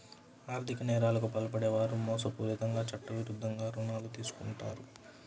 ఆర్ధిక నేరాలకు పాల్పడే వారు మోసపూరితంగా చట్టవిరుద్ధంగా రుణాలు తీసుకుంటారు